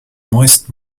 moist